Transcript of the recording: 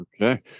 Okay